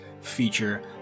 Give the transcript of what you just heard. feature